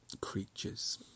Creatures